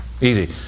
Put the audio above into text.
easy